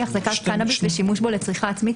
החזקת קנאביס ושימוש בו לצריכה עצמית),